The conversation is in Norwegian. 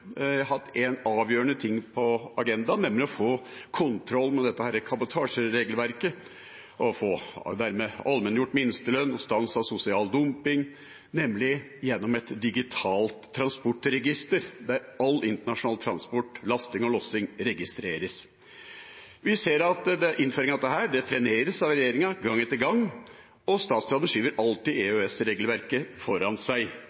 hatt en avgjørende ting på agendaen: å få kontroll på dette kabotasjeregelverket og dermed få allmenngjort minstelønn, stans av sosial dumping, nemlig gjennom et digitalt transportregister der all internasjonal transport, lasting og lossing registreres. Vi ser at innføringen av dette treneres av regjeringa gang etter gang, og statsråden skyver alltid EØS-regelverket foran seg,